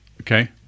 okay